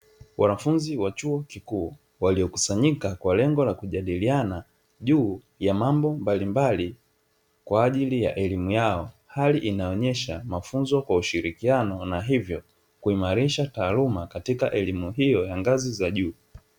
Wanafunzi wa chuo kikuu waliokusanyika kwa lengo la kujadiliana juu ya mambo mbalimbali kwaajili ya elimu yao, hali inayoonyesha mafunzo kwa ushirikiano na hivyo kuimarisha taaluma katika ya elimu hio ya ngazi za juu.